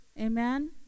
Amen